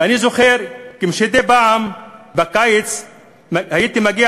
ואני זוכר שמדי פעם בקיץ הייתי מגיע